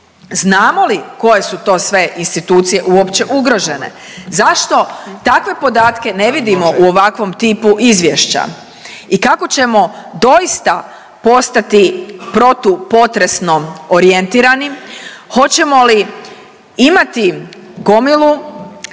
Znamo li koje su to sve institucije uopće ugrožene? Zašto takve podatke ne vidimo u ovakvom tipu izvješća i kako ćemo doista postati protupotresno orijentirani, hoćemo li imati gomilu